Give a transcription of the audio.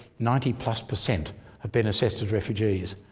ninety plus per cent have been assessed as refugees.